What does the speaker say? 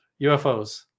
UFOs